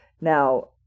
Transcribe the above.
Now